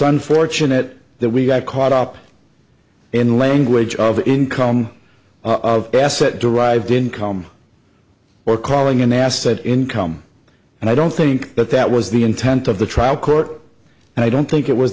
unfortunate that we got caught up in language of income of asset derived income or calling an asset income and i don't think that that was the intent of the trial court and i don't think it was